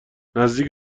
نزدیک